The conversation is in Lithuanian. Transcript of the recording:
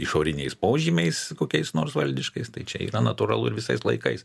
išoriniais požymiais kokiais nors valdiškais tai čia yra natūralu ir visais laikais